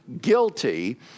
guilty